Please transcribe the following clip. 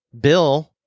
Bill